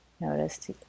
notice